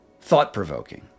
Thought-provoking